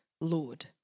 Lord